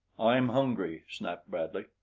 i'm hungry, snapped bradley.